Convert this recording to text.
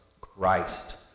Christ